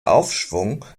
aufschwung